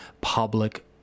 public